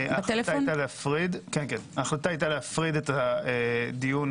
ההחלטה היתה להפריד את הדיון,